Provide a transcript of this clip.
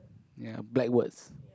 ya black words